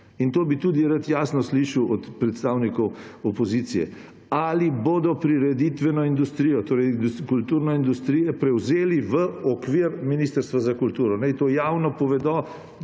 in to bi tudi rad jasno slišal od predstavnikov opozicije, ali bodo prireditveno industrijo, torej kulturno industrijo, prevzeli v okvir Ministrstva za kulturo. Naj to javno povedo,